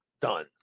done